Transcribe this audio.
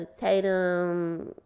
Tatum